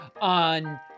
on